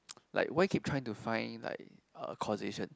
like why keep trying to find like uh causation